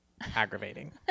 aggravating